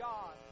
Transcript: God